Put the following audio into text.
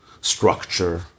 structure